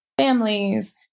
families